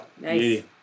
Nice